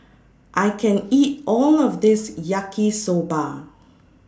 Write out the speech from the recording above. I can't eat All of This Yaki Soba